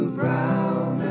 brown